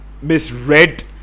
misread